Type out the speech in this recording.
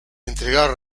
entregar